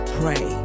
pray